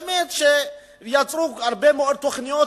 שיצרו הרבה מאוד תוכניות,